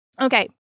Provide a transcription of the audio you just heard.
Okay